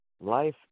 Life